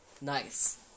Nice